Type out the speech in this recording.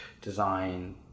design